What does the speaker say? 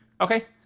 Okay